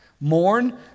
Mourn